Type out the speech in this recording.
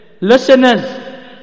listeners